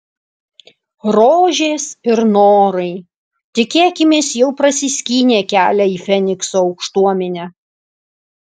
rožės ir norai tikėkimės jau prasiskynė kelią į fenikso aukštuomenę